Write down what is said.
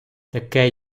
таке